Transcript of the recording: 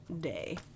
day